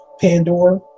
Pandora